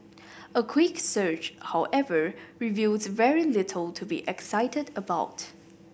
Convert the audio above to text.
a quick search however reveals very little to be excited about